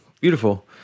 Beautiful